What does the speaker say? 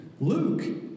Luke